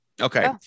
Okay